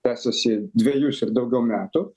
tęsiasi dvejus ir daugiau metų